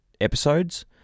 episodes